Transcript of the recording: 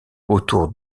autour